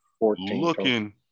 looking